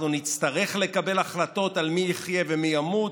אנחנו נצטרך לקבל החלטות על מי יחיה ומי ימות,